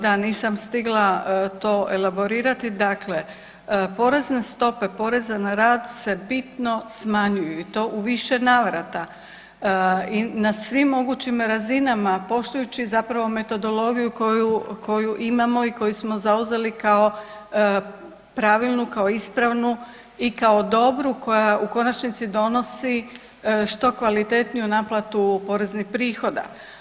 Da, nisam stigla to elaborirati, dakle porezne stope poreza na rad se bitno smanjuju i to u više navrata i na svim mogućim razinama, poštujući zapravo metodologiju koju imamo i koju smo zauzeli kao pravilnu kao ispravnu i kao dobru koja u konačnici donosi što kvalitetniju naplatu poreznih prihoda.